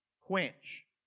Quench